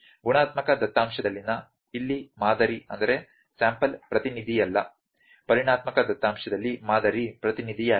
ಗುಣಾತ್ಮಕ ದತ್ತಾಂಶದಲ್ಲಿನ ಇಲ್ಲಿ ಮಾದರಿ ಪ್ರತಿನಿಧಿಯಲ್ಲ ಪರಿಮಾಣಾತ್ಮಕ ದತ್ತಾಂಶದಲ್ಲಿ ಮಾದರಿ ಪ್ರತಿನಿಧಿಯಾಗಿದೆ